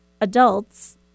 adults